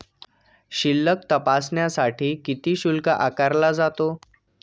शिल्लक तपासण्यासाठी किती शुल्क आकारला जातो?